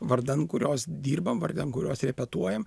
vardan kurios dirbam vardan kurios repetuojam